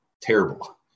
terrible